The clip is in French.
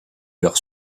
leurs